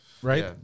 Right